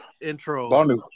Intro